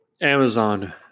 amazon